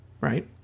right